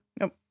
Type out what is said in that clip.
Nope